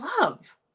love